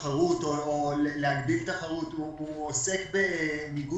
אני מבקש שבעוד שנה או שנה וחצי הם יבואו לפה